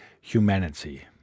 humanity